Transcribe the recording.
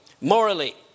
morally